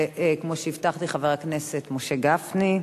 וכמו שהבטחתי, חבר הכנסת משה גפני,